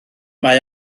mae